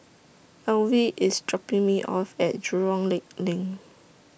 Alvie IS dropping Me off At Jurong Lake LINK